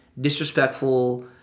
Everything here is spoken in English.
disrespectful